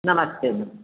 नमस्ते